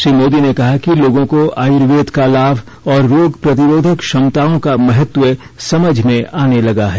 श्री मोदी ने कहा कि लोगों को आयुर्वेद का लाभ और रोग प्रतिरोधक क्षमताओं का महत्व समझ में आने लगा है